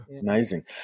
amazing